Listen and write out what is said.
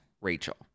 rachel